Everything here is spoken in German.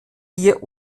wir